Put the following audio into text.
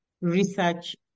research